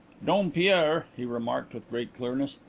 dompierre, he remarked, with great clearness,